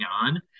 on